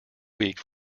week